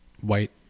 white